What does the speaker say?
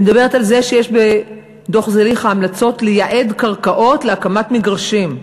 אני מדברת על זה שיש בדוח זליכה המלצות לייעד קרקעות להקמת מגרשים.